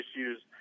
issues